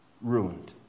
ruined